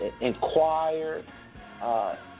inquire